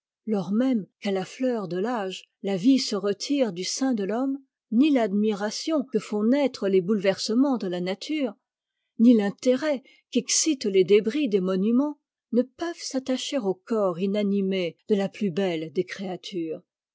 lors même qu'à la fleur de l'âge là vie se retire du sein de l'homme ni l'admiration que font naître les bouleversements de la nature ni l'intérêt qu'excitent les débris des monuments ne peuvent s'attacher au corps inanimé de la plus belle des créatures